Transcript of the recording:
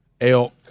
elk